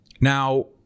Now